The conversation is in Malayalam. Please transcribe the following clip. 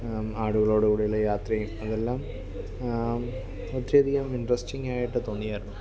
ആടുകളോട് കൂടെയുള്ള യാത്രയും അതെല്ലാം ഒത്തിരി അധികം ഇൻട്രസ്റ്റിങ്ങായിട്ട് തോന്നിയായിരുന്നു